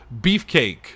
Beefcake